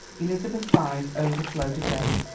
elizabeth's eyes overflowed again.